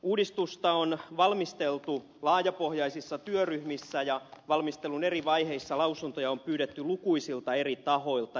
uudistusta on valmisteltu laajapohjaisissa työryhmissä ja valmistelun eri vaiheissa lausuntoja on pyydetty lukuisilta eri tahoilta